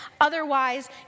Otherwise